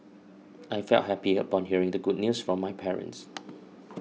I felt happy upon hearing the good news from my parents